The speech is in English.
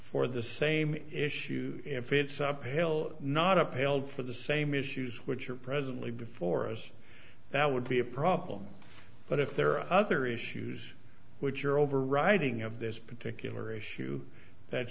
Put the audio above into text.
for the same issues if it's uphill not upheld for the same issues which are presently before us that would be a problem but if there are other issues which are overriding of this particular issue that